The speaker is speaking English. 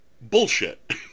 bullshit